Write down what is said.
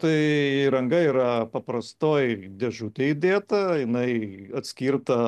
tai įranga yra paprastoj dėžutėj įdėta jinai atskirta